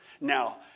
Now